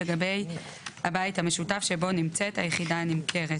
לגבי הבית המשותף שבו נמצאת היחידה הנמכרת";